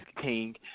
King